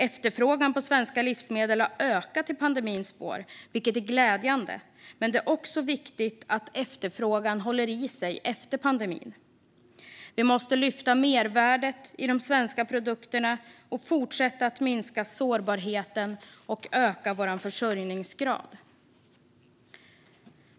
Efterfrågan på svenska livsmedel har ökat i pandemins spår, vilket är glädjande, men det är också viktigt att efterfrågan håller i sig efter pandemin. Vi måste lyfta fram mervärdet i de svenska produkterna och fortsätta att minska sårbarheten och öka vår försörjningsgrad.